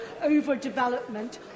overdevelopment